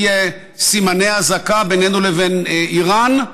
מסימני אזעקה בינינו לבין איראן,